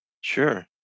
Sure